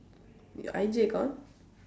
your I_G account